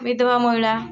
ବିଧବା ମହିଳା